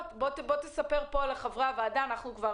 אנחנו כבר